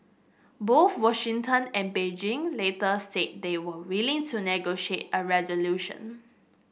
both Washington and Beijing later said they were willing to negotiate a resolution